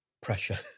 pressure